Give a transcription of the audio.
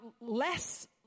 less